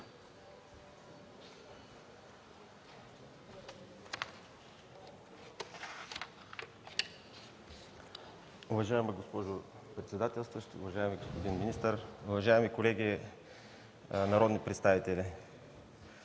Уважаема госпожо председател, уважаеми господин министър, уважаеми колеги народни представители!